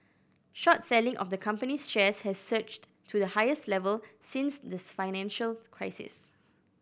short selling of the company's shares has surged to the highest level since this financial crisis